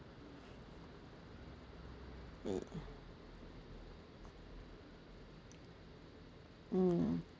mm